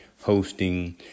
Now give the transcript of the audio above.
hosting